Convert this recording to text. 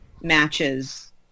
matches